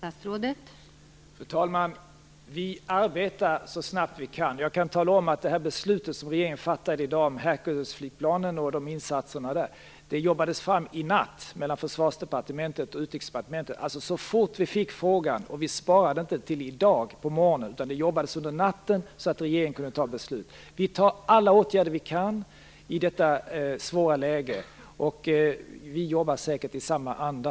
Fru talman! Vi arbetar så snabbt vi kan. Jag kan tala om att regeringens beslut i dag om Herculesflygplanet och de därmed förknippade insatserna jobbades fram i natt av Försvarsdepartementet och Utrikesdepartementet så fort vi fick frågan. Vi sparade det inte till i dag på morgonen, utan det jobbades under natten så att regeringen kunde fatta beslut. Vi tar till alla åtgärder vi kan i detta svåra läge, och vi jobbar säkert i samma anda.